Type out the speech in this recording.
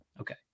Okay